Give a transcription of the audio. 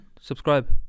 Subscribe